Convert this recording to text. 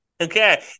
Okay